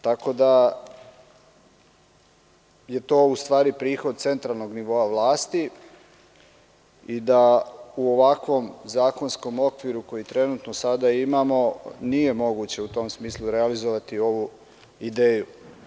Tako da je to u stvari prihod centralnog nivoa vlasti i da u ovakvom zakonskom okviru koji trenutno sada imamo nije moguće u tom smislu realizovati ovu ideju.